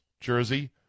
jersey